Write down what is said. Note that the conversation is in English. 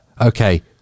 okay